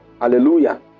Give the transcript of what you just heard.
Hallelujah